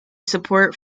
support